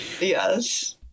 Yes